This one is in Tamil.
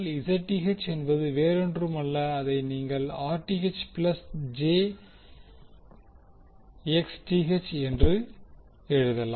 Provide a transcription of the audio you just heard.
Zth என்பது வேறொன்றுமில்லை அதை நீங்கள் Rth ப்ளஸ் j XTh என்று எழுதலாம்